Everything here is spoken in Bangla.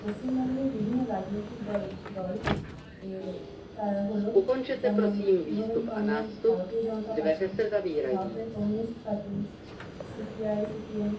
পশ্চিমবঙ্গের বিভিন্ন রাজনৈতিক দল দল এ তারা হল যেমন তৃণমূল কংগ্রেস ভারতীয় জনতা পার্টি ভারতের কমিউনিস্ট পার্টি সিপিআই সিপিএম